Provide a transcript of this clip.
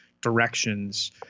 directions